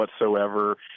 whatsoever